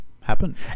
happen